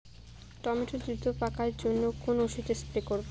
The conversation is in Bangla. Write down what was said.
টমেটো দ্রুত পাকার জন্য কোন ওষুধ স্প্রে করব?